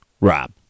Rob